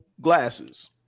glasses